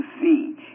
see